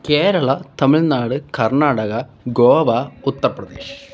Kerala Tamil Nadu Karnataka Goa Uttar Pradesh